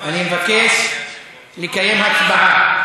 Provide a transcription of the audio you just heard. אני מבקש לקיים הצבעה.